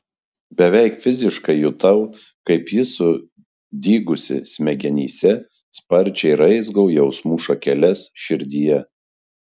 beveik fiziškai jutau kaip ji sudygusi smegenyse sparčiai raizgo jausmų šakeles širdyje